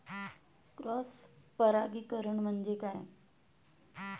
Cross परागीकरण म्हणजे काय?